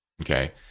Okay